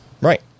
right